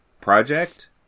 project